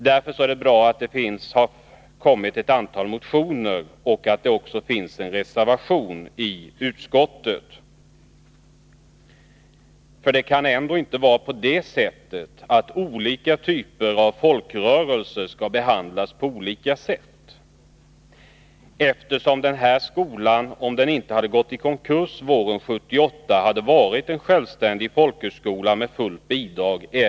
Det är bra att det har väckts ett antal motioner och även finns reservation i utskottet. Det kan ändå inte vara på det sättet att olika typer av folkrörelser skall behandlas på olika sätt. Den här skolan skulle om den inte hade gått i konkurs våren 1978 ännu i dag ha varit en självständig folkhögskola med fullt bidrag.